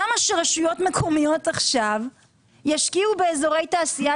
למה שרשויות מקומית עכשיו ישקיעו באזורי תעשייה